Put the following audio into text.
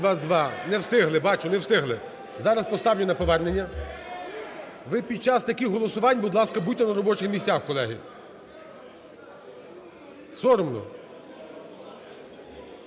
За-222 Не встигли, бачу, не встигли. Зараз поставлю на повернення, ви під час таких голосувань, ви, будь ласка, будьте на робочих місцях, колеги, соромно.